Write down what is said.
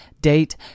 Date